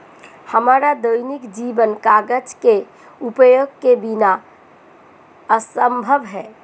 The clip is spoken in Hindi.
हमारा दैनिक जीवन कागज के उपयोग के बिना असंभव है